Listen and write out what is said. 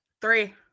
Three